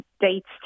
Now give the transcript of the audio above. dates